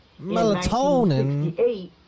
Melatonin